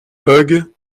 hughes